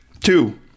Two